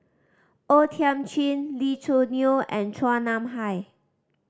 O Thiam Chin Lee Choo Neo and Chua Nam Hai